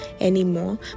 anymore